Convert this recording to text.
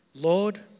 Lord